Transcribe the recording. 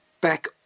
back